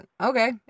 okay